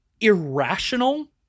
irrational